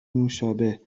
نوشابه